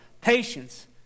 Patience